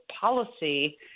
policy